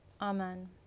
Amen